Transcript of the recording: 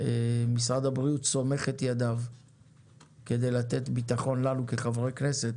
משרד הבריאות סומך את ידיו כדי לתת בטחון לנו כחברי כנסת